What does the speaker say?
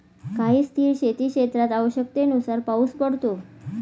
काही स्थिर शेतीक्षेत्रात आवश्यकतेनुसार पाऊस पडतो